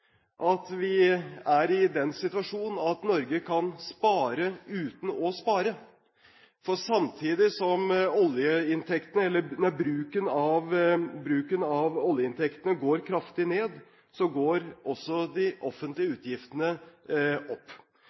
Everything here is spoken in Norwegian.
vi er i den situasjonen at Norge kan spare uten å spare. For samtidig som bruken av oljeinntektene går kraftig ned, går de offentlige utgiftene opp.